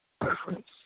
preference